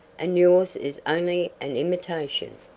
and yours is only an imitation.